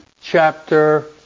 chapter